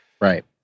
Right